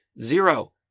Zero